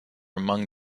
among